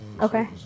Okay